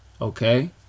Okay